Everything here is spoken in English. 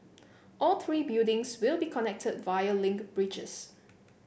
all three buildings will be connected via link bridges